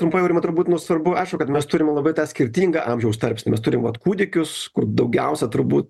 trumpai aurimai turbūt nu svarbu aišku kad mes turim labai skirtingą amžiaus tarpsnį mes turim vat kūdikius kur daugiausia turbūt